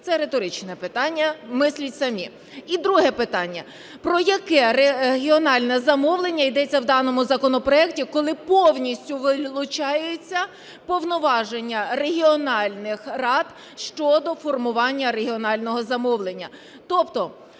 Це риторичне питання, мисліть самі. І друге питання. Про яке регіональне замовлення йдеться в даному законопроекті, коли повністю вилучаються повноваження регіональних рад щодо формування регіонального замовлення? Тобто